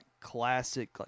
classic